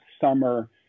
summer